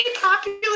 popular